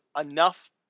enough